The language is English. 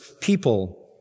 people